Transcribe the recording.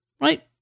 right